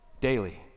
daily